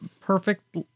perfect